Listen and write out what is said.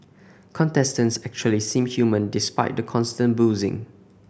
contestants actually seem human despite the constant boozing